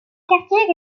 quartiers